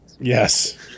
yes